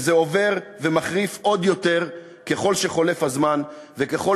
וזה הולך ומחריף עוד יותר ככל שחולף הזמן וככל